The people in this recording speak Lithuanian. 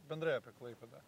bendrai apie klaipėdą